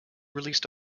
released